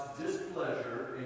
displeasure